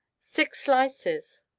six slices!